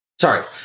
Sorry